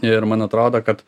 ir man atrodo kad